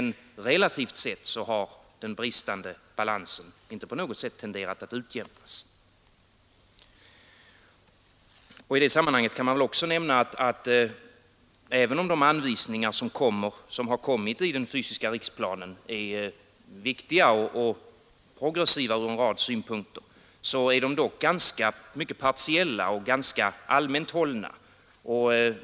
Relativt sett har emellertid den bristande balansen inte på något sätt tenderat att utjämnas. I det sammanhanget kan också nämnas att även om de anvisningar som lämnats i den fysiska riksplanen är viktiga och progressiva ur en rad synpunkter, så är de dock partiella och ganska allmänt hållna.